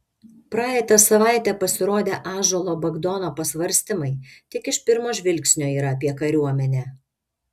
praeitą savaitę pasirodę ąžuolo bagdono pasvarstymai tik iš pirmo žvilgsnio yra apie kariuomenę